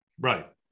Right